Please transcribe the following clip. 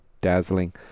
dazzling